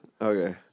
okay